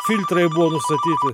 filtrai buvo nustatyti